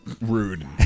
rude